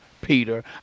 Peter